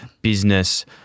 business